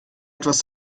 etwas